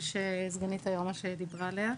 שסגנית היועמ"ש דיברה עליה.